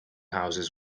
houses